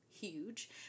huge